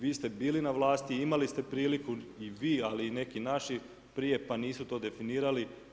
Vi ste bili na vlasti, imali ste priliku i vi, ali i neki naši prije pa nisu to definirali.